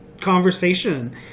conversation